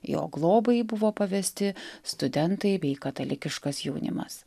jo globai buvo pavesti studentai bei katalikiškas jaunimas